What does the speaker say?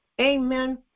Amen